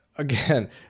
Again